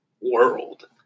world